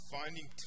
finding